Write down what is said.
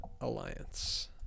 alliance